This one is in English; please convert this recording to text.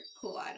cool